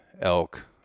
elk